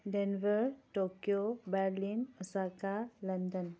denver Tokyo Berlin Osaka London